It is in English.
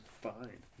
Fine